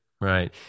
Right